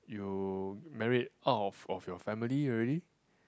you married out of of your family already